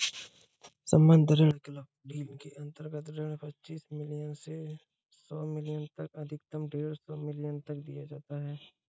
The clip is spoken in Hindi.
सम्बद्ध ऋण क्लब डील के अंतर्गत ऋण पच्चीस मिलियन से सौ मिलियन तक अधिकतम डेढ़ सौ मिलियन तक दिया जाता है